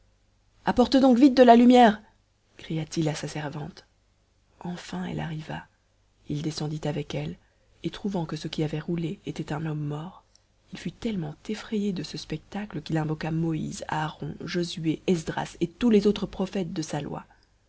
apporte donc vite de la lumière cria-t-il à sa servante enfin elle arriva il descendit avec elle et trouvant que ce qui avait roulé était un homme mort il fut tellement effrayé de ce spectacle qu'il invoqua moïse aaron josué esdras et tous les autres prophètes de sa loi